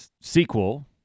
sequel